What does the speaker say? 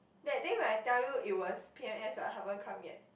that day when I tell you it was P_M_S what haven't come yet